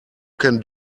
can